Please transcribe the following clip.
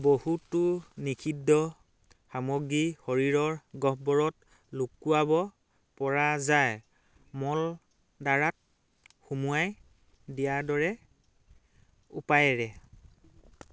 বহুতো নিষিদ্ধ সামগ্ৰী শৰীৰৰ গহ্বৰত লুকুৱাব পৰা যায় মলদ্বাৰাত সুমুৱাই দিয়াৰ দৰে উপায়েৰে